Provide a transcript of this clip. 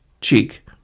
cheek